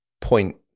point